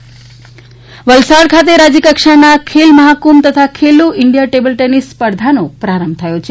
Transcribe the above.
વલસાડ વલસાડ ખાતે રાજ્યકક્ષાના ખેલ મફાકુંભ તથા ખેલો ઇન્ડિયા ટેબલ ટેનીસ સ્પર્ધાનો શુભારંભ થયો છે